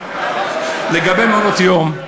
לגבי מעונות-יום,